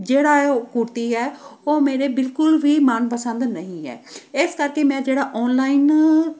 ਜਿਹੜਾ ਹੈ ਉਹ ਕੁੜਤੀ ਹੈ ਉਹ ਮੇਰੇ ਬਿਲਕੁਲ ਵੀ ਮਨਪਸੰਦ ਨਹੀਂ ਹੈ ਇਸ ਕਰਕੇ ਮੈਂ ਜਿਹੜਾ ਓਨਲਾਈਨ